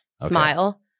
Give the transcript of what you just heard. smile